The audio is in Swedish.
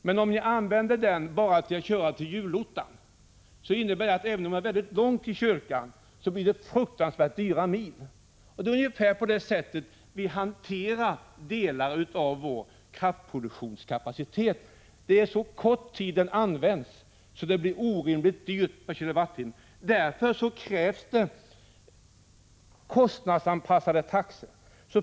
Men om ni bara använder bilen för att köra till julottan, blir det fruktansvärt dyra mil— även om ni har långt till kyrkan. Det är ungefär på det sättet som vi hanterar delar av vår kraftproduktionskapacitet. Vissa kraftverk används så kort tid att elströmmen blir orimligt dyr per kilowattimme. Det är mot denna bakgrund som det krävs kostnadsanpassade taxor.